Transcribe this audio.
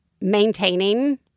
maintaining